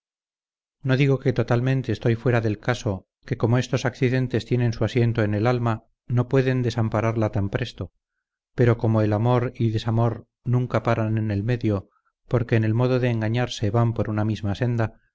no digo que totalmente estoy fuera del caso que como estos accidentes tienen su asiento en el alma no pueden desampararla tan presto pero como el amor y desamor nunca paran en el medio porque en el modo de engañarse van por una misma senda